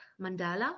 mandala